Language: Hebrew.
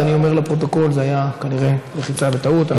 אז אני אומר לפרוטוקול: זה היה כנראה לחיצה בטעות,